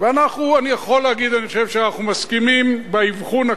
אני יכול להגיד שאנחנו מסכימים באבחון הכללי.